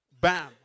bam